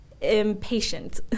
impatient